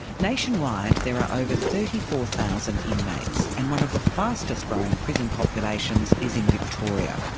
nationwide there are over thirty four thousand inmates, and one of the fastest growing prison populations is in victoria.